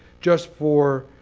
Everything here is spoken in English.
just for